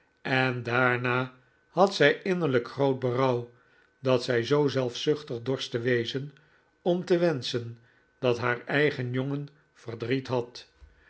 en daarna had zij innerlijk groot berouw dat zij zoo zelfzuchtig dorst te wezen om te wenschen dat haar eigen jongen verdriet had